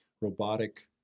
robotic